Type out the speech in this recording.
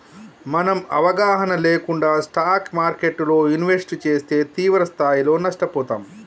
మనం అవగాహన లేకుండా స్టాక్ మార్కెట్టులో ఇన్వెస్ట్ చేస్తే తీవ్రస్థాయిలో నష్టపోతాం